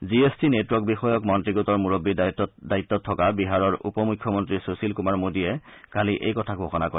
G S T network বিষয়ক মন্ত্ৰী গোটৰ মূৰববীৰ দায়িত্বত থকা বিহাৰৰ উপ মুখ্যমন্ত্ৰী সুশীল কুমাৰ মোদীয়ে কালি এই কথা ঘোষণা কৰে